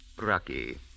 Rocky